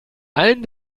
allen